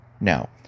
Now